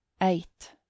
eight